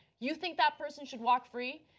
you think that person should walk free?